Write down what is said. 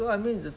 so I mean